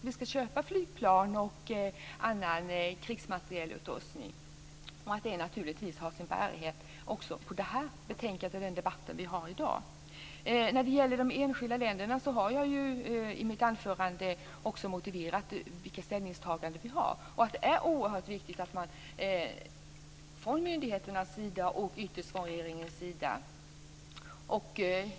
Vi ska köpa flygplan och annan krigsmaterielutrustning. Det har naturligtvis sin bärighet också på det här betänkandet och den debatt som vi har i dag. När det gäller de enskilda länderna har jag ju i mitt anförande motiverat vilket ställningstagande vi har och sagt att det här är oerhört viktigt från myndigheternas sida, och ytterst från regeringens sida.